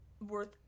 worth